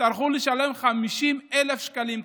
תצטרכו לשלם 50,000 שקלים קנס.